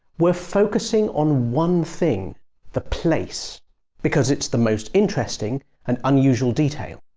we're focusing on one thing the place because it's the most interesting and unusual detail.